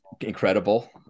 incredible